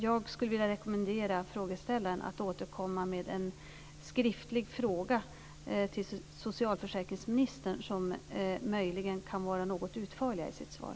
Jag skulle vilja rekommendera frågeställaren att återkomma med en skriftlig fråga till socialförsäkringsministern, som möjligen kan vara något utförligare i sitt svar.